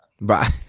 Bye